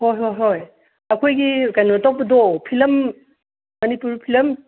ꯍꯣꯏ ꯍꯣꯏ ꯍꯣꯏ ꯑꯩꯈꯣꯏꯒꯤ ꯀꯩꯅꯣ ꯇꯧꯕꯗꯣ ꯐꯤꯂꯝ ꯃꯅꯤꯄꯨꯔ ꯐꯤꯂꯝ